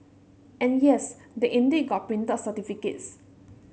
and yes they indeed got printed certificates